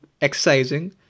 exercising